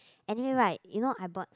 anyway right you know I bought